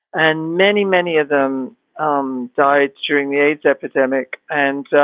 and many, many of them um died during the aids epidemic. and,